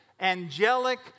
angelic